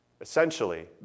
essentially